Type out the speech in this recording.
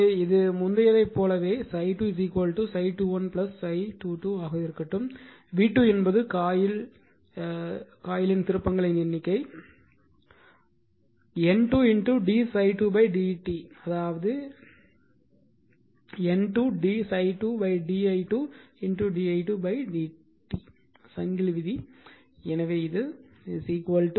எனவே இது முந்தையதைப் போலவே ∅2 ∅21 ∅22 ஆக இருக்கட்டும் v2 என்பது காயில் திருப்பங்களின் எண்ணிக்கை N2 d ∅2 dt அதாவது N2 d ∅2 di2 di2 dt சங்கிலி விதி எனவே இது di2 dt